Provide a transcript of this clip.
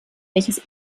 welches